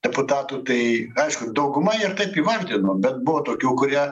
deputatų tai aišku dauguma ir taip įvardino bet buvo tokių kurie